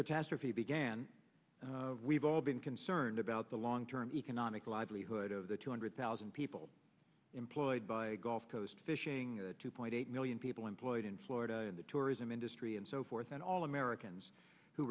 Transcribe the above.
catastrophe began we've all been concerned about the long term economic livelihood of the two hundred thousand people employed by gulf coast fishing two point eight million people employed in florida in the tourism industry and so forth and all americans who